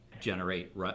generate